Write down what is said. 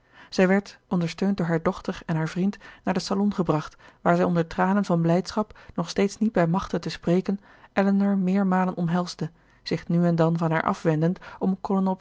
zij werd ondersteund door haar dochter en haren vriend naar den salon gebracht waar zij onder tranen van blijdschap nog steeds niet bij machte te spreken elinor meermalen omhelsde zich nu en dan van haar afwendend om